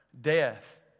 Death